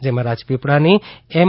જેમાં રાજપીપળાની એમ